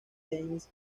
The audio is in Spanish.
dance